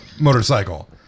motorcycle